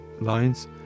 lines